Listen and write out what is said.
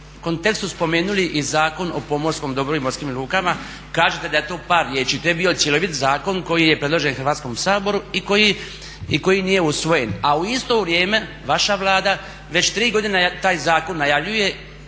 kontekstu spomenuli i Zakon o pomorskom dobru i morskim lukama. Kažete da je to par riječi. To je bio cjelovit zakon koji je predložen Hrvatskom saboru i koji nije usvojen, a u isto vrijeme vaša Vlada već tri godine taj zakon najavljuje